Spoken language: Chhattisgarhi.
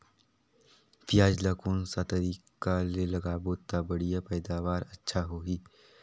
पियाज ला कोन सा तरीका ले लगाबो ता बढ़िया पैदावार अच्छा होही?